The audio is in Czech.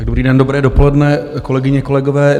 Dobrý den, dobré dopoledne, kolegyně, kolegové.